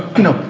you know,